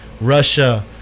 Russia